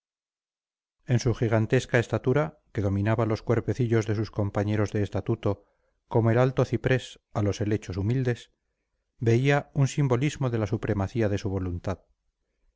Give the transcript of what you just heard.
en su gigantesca estatura que dominaba los cuerpecillos de sus compañeros de estatuto como el alto ciprés a los helechos humildes veía un simbolismo de la supremacía de su voluntad